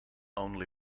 only